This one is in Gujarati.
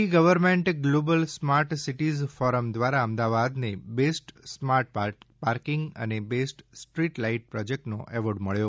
T government global smart series forum દ્વારા અમદવાદને બેસ્ટ સ્માર્ટ પાર્કિંગ અને બેસ્ટ સ્ટ્રીટ લાઈટ પ્રોજેક્ટનો એવોર્ડ મબ્યો